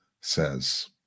says